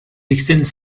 extends